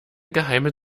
geheime